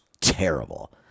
terrible